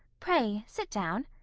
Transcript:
pray sit down.